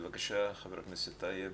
בבקשה, חבר הכנסת טייב.